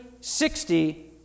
sixty